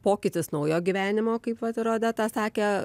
pokytis naujo gyvenimo kaip vat ir odeta sakė